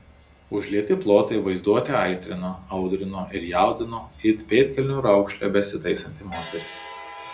užlieti plotai vaizduotę aitrino audrino ir jaudino it pėdkelnių raukšlę besitaisanti moteris